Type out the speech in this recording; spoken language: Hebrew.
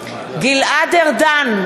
ארדן,